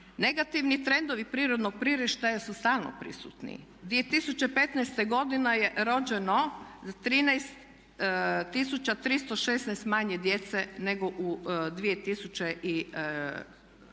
Negativni trendovi prirodnog priraštaja su stalno prisutni. 2015. godine je rođeno 13316 manje djece nego u 2014.